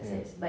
ya